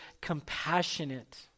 compassionate